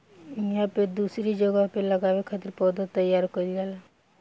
इहां पे दूसरी जगह पे लगावे खातिर पौधा तईयार कईल जाला